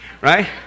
Right